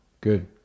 good